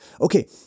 Okay